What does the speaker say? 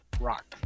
Rock